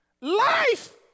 life